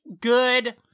good